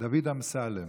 דוד אמסלם,